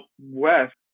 West